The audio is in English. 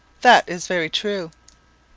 that is very true.